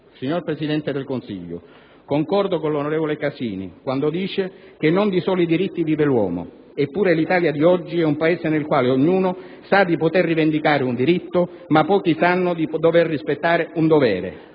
Signor Presidente del Consiglio, concordo con l'onorevole Casini quando dice che non di soli diritti vive l'uomo. Eppure l'Italia di oggi è un Paese nel quale ognuno sa di poter rivendicare un diritto ma pochi sanno di dover rispettare un dovere.